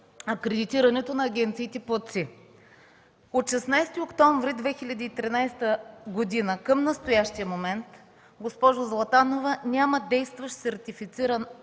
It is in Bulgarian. акредитирането на агенциите-платци. От 16 октомври 2013 г. към настоящия момент, госпожо Златанова, няма действащ сертифициран орган